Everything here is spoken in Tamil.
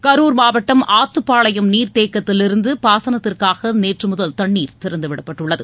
கரூர் மாவட்டம் ஆத்துப்பாளையம் நீர்த்தேக்கத்திலிருந்து பாசனத்திற்காக நேற்று முதல் தண்ணீர் திறந்துவிடப்பட்டுள்ளது